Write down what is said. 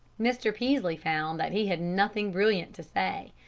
mr. peaslee found that he had nothing brilliant to say.